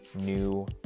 new